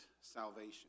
salvation